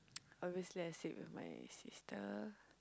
obviously I sleep with my sister